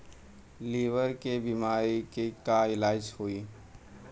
Liver के बीमारी के का इलाज होई?